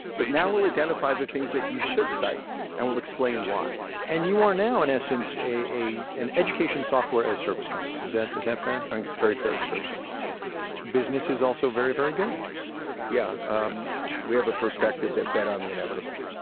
but now we'll identify the things that you should cite and we'll explain why and you are now, in essence, an education software as service companies. yeah is that fair? i think it's a very fair description business is also very, very good yeah. um we have a perspective that bet on the inevitable.